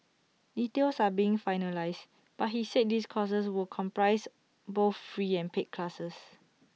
details are being finalised but he said these courses would comprise both free and paid classes